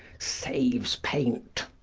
saves paint.